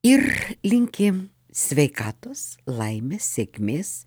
ir linki sveikatos laimės sėkmės